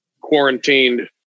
quarantined